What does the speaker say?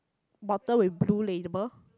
bottle with blue label